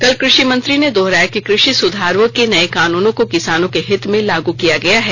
कल कृषि मंत्री ने दोहराया कि कृषि सुधारों के नए कानूनों को किसानों के हित में लागू किया गया है